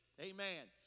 Amen